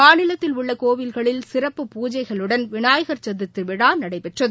மாநிலத்தில் உள்ளகோவில்களில் சிறப்பு பூஜைகளுடன் விநாயகர் சதர்த்திவிழாநடைபெற்றது